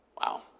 Wow